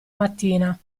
mattina